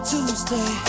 Tuesday